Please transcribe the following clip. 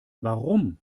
warum